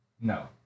No